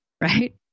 right